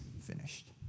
finished